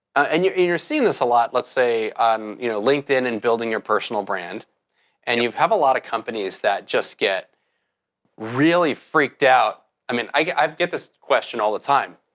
and and you're seeing this a lot, let's say, on you know linkedin and building your personal brand and you have a lot of companies that just get really freaked out. i mean, i get i get this question all the time,